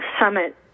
summit